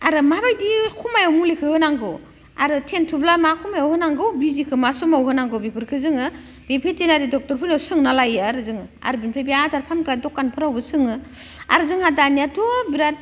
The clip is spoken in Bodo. आरो माबायदि समाव मुलिखौ होनांगौ आरो थेनथावब्ला मा समाव होनांगौ बिजिखौ मा समाव होनांगौ बेफोरखौ जोङो बे भेटेनारि डक्ट'रफोरनाव सोंना लायो आरो जोङो आरो बेनिफ्राय बे आदार फानग्रा दखानफोरावबो सोङो आरो जोंहा दानियाथ' बिराद